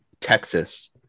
Texas